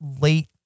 late